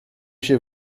się